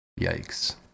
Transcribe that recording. Yikes